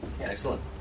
Excellent